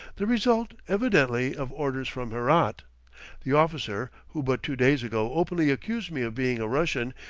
the result, evidently, of orders from herat. the officer, who but two days ago openly accused me of being a russian,